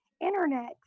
internet